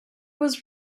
was